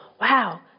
Wow